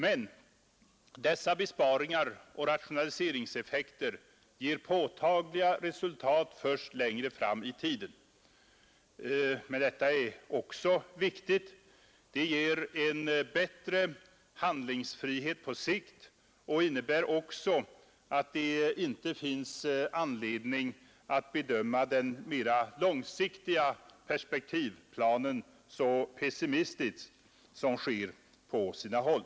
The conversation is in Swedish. Men dessa besparingar och rationaliseringseffekter ger påtagliga resultat först längre fram i tiden. Detta är också viktigt. Det ger en bättre handlingsfrihet på sikt och innebär att det inte finns anledning att bedöma den mera långsiktiga perspektivplanen så pessimistiskt som sker på sina håll.